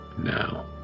now